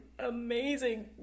amazing